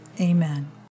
Amen